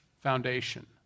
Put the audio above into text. foundation